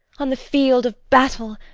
on the field of battle,